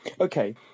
Okay